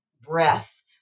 breath